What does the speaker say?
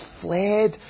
fled